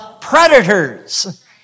predators